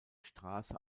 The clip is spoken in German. straße